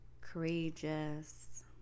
courageous